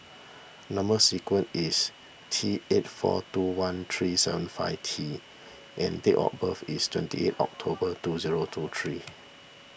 Number Sequence is T eight four two one three seven five T and date of birth is twenty eight October two zero two three